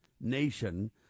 nation